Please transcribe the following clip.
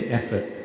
effort